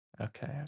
okay